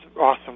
Awesome